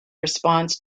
response